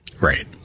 Right